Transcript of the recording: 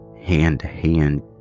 hand-to-hand